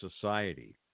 society